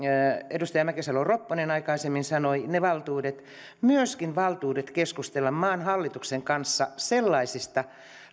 edustaja mäkisalo ropponen aikaisemmin sanoi myöskin valtuudet keskustella maan hallituksen kanssa sellaisesta